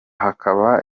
akaba